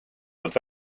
poolt